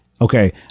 Okay